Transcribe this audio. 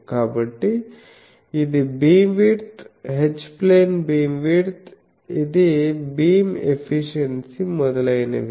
కాబట్టి ఇది beamwidth H plane beamwidth ఇది బీమ్ ఎఫిషియన్సీ మొదలైనవి